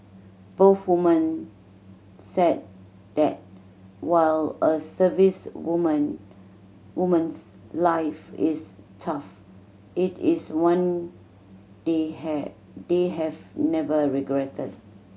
both woman said that while a servicewoman woman's life is tough it is one they have they have never regretted